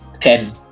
ten